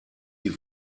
die